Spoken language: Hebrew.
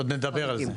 עוד נדבר על זה.